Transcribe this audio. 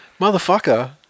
motherfucker